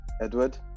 Edward